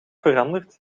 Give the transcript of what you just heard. veranderd